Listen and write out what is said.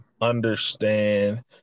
understand